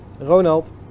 Ronald